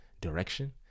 direction